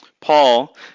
Paul